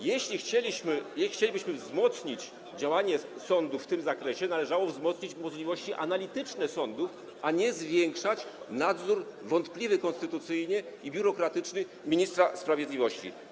Jeśli chcielibyśmy wzmocnić działanie sądów w tym zakresie, należałoby wzmocnić możliwości analityczne sądów, a nie zwiększać wątpliwy konstytucyjnie i biurokratyczny nadzór ministra sprawiedliwości.